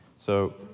so,